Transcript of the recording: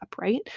right